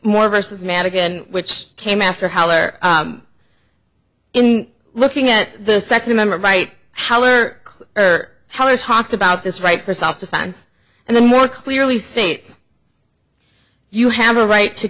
more versus mad again which came after heller in looking at the second amendment right however heller talks about this right for self defense and then more clearly states you have a right to